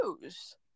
news